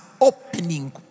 Opening